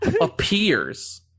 appears